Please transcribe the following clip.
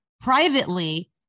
privately